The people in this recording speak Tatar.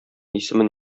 исемен